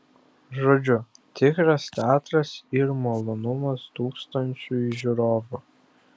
žodžiu tikras teatras ir malonumas tūkstančiui žiūrovų